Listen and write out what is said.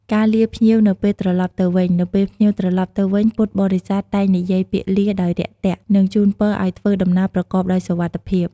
ការទទួលភ្ញៀវមកពីចម្ងាយ គឺជាកិច្ចការរួមគ្នារវាង ព្រះសង្ឃ ដែលផ្ដល់នូវសេចក្តីស្វាគមន៍ផ្នែកស្មារតី និងពរជ័យ និង ពុទ្ធបរិស័ទ ដែលអនុវត្តកិច្ចការបដិសណ្ឋារកិច្ចជាក់ស្ដែង។